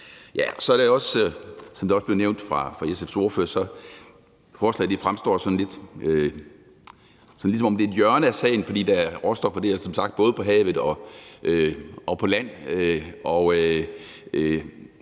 Som det også blev nævnt af SF's ordfører, fremstår forslaget her sådan lidt, som om det er et hjørne af sagen, for råstoffer er som sagt både på havet og på land,